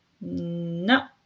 no